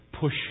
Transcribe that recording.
push